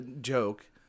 Joke